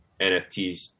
NFTs